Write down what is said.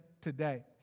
today